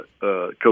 Coach